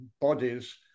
bodies